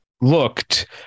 looked